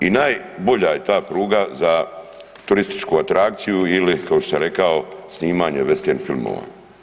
I najbolja je ta pruga za turističku atrakciju ili kao što sam rekao snimanje vestern filmova.